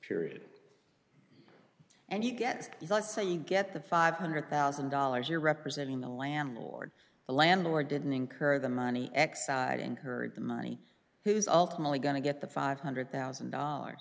period and you get let's say you get the five hundred thousand dollars you're representing the landlord the landlord didn't incur the money exide incurred the money who's alternately going to get the five hundred thousand dollars